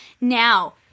Now